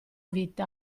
vita